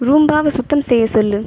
ரூம்பாவை சுத்தம் செய்யச் சொல்